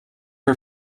her